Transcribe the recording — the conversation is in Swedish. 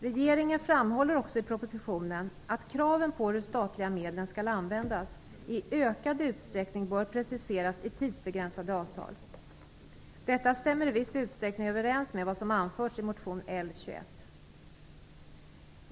Regeringen framhåller också i propositionen att kraven på hur de statliga medlen skall användas i ökad utsträckning bör preciseras i tidsbegränsade avtal Detta stämmer i viss utsträckning överens med vad som anförs i motion L21.